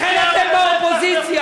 לכן אתם באופוזיציה.